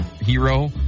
hero